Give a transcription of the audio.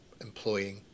employing